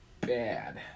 bad